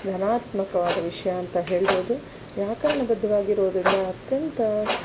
ಧನಾತ್ಮಕವಾದ ವಿಷಯ ಅಂತ ಹೇಳ್ಬೋದು ವ್ಯಾಕರಣ ಬದ್ಧವಾಗಿರೋದರಿಂದ ಅತ್ಯಂತ